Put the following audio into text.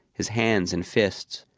his hands in fists,